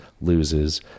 loses